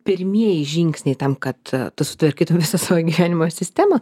pirmieji žingsniai tam kad tu sutvarkytum visą savo gyvenimo sistemą